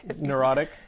Neurotic